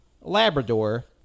Labrador